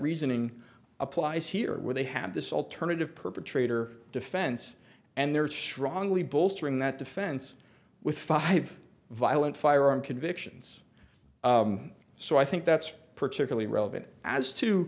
reasoning applies here where they have this alternative perpetrator defense and there is strongly bolstering that defense with five violent firearm convictions so i think that's particularly relevant as to